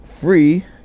free